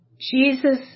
Jesus